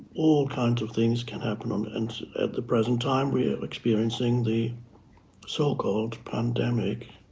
all kinds of things can happen. and and at the present time, we are experiencing the so-called pandemic.